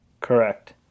Correct